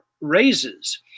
raises